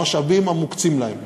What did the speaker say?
במשאבים המוקצים להם,